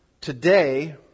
today